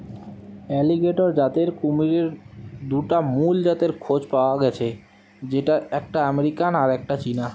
alligator জাতের কুমিরের দুটা মুল জাতের খোঁজ পায়া গ্যাছে যেটার একটা আমেরিকান আর একটা চীনা